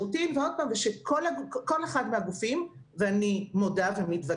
אני רוצה לפרק את מה שאת אומרת.